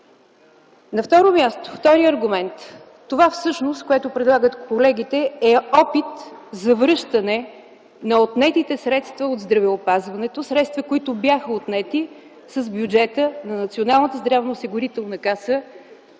На второ място, вторият аргумент. Това, което всъщност предлагат колегите, е опит за връщане на отнетите средства от здравеопазването – средства, които бяха отнети с бюджета на Националната здравноосигурителна каса